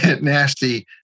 nasty